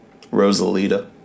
Rosalita